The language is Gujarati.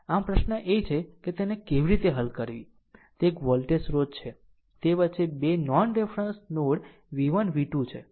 આમ પ્રશ્ન એ છે કે તેને કેવી રીતે હલ કરવી તે એક વોલ્ટેજ સ્રોત છે તે વચ્ચે 2 non reference node v1 v2 છે અને અહીં 2 Ω અવરોધ છે